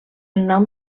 nom